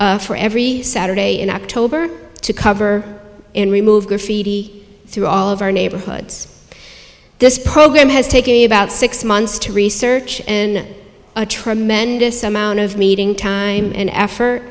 u for every saturday in october to cover and remove graffiti through all of our neighborhoods this program has taken about six months to research in a tremendous amount of meeting time and effort